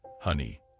honey